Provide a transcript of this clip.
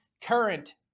current